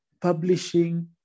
publishing